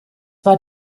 war